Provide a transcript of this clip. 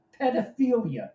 pedophilia